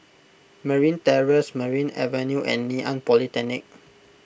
Merryn Terrace Merryn Avenue and Ngee Ann Polytechnic